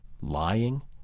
lying